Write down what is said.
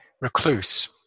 recluse